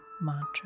Mantra